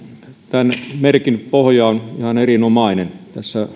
tämän merkin pohja on ihan erinomainen